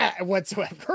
whatsoever